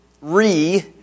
re